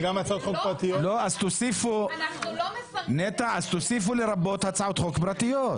נטע, אז תוסיפו "לרבות הצעות חוק פרטיות".